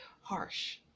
harsh